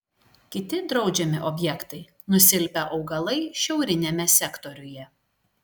kiti draudžiami objektai nusilpę augalai šiauriniame sektoriuje